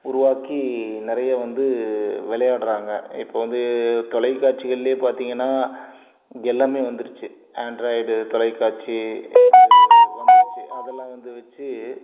உருவாக்கி நிறைய வந்து விளையாட்றாங்க இப்போ வந்து தொலைக்காட்சிகள்லேயே பார்த்திங்கன்னா இது எல்லாம் வந்துடுச்சு ஆண்ட்ராய்டு தொலைக்காட்சி வந்துடுச்சி அதெல்லாம் வந்து வைச்சி